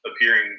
appearing